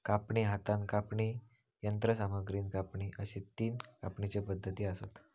कापणी, हातान कापणी, यंत्रसामग्रीन कापणी अश्ये तीन कापणीचे पद्धती आसत